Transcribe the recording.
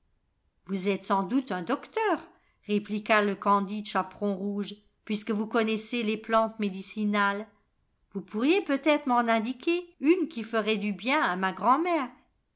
vous êtes sans doute un docteur répliqua le candide chaperon rouge puisque vous connaissez les plantes médicinales vous pourriez peut-être m'en indiquer une qui ferait du bien à ma grand'mère